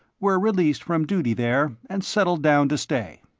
were released from duty there, and settled down to stay.